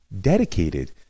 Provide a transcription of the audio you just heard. dedicated